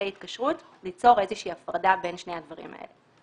התקשרות ליצור איזושהי הפרדה בין שני הדברים האלה.